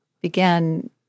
began